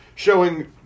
Showing